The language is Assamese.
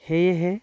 সেয়েহে